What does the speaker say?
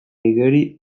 igeri